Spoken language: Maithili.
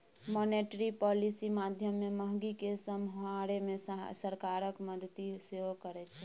मॉनेटरी पॉलिसी माध्यमे महगी केँ समहारै मे सरकारक मदति सेहो करै छै